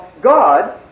God